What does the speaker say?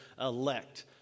elect